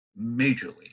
majorly